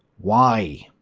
why?